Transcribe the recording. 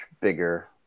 bigger